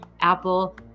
Apple